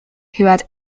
had